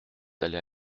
d’aller